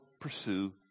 pursue